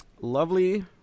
lovely